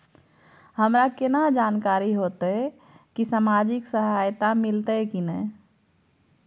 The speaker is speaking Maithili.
हमरा केना जानकारी होते की सामाजिक सहायता मिलते की नय?